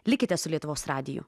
likite su lietuvos radiju